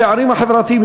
הפערים החברתיים,